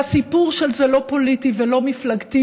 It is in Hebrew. והסיפור של זה לא פוליטי ולא מפלגתי,